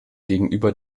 gegenüber